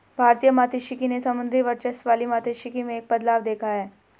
भारतीय मात्स्यिकी ने समुद्री वर्चस्व वाली मात्स्यिकी में एक बदलाव देखा है